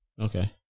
Okay